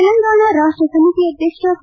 ತೆಲಂಗಾಣ ರಾಷ್ಷ ಸಮಿತಿ ಅಧ್ಯಕ್ಷ ಕೆ